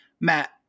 Matt